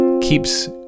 keeps